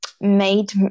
made